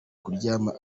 kuryama